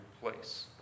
place